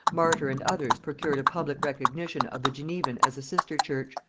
martyr and others procured a public recognition of the genevan as a sister church,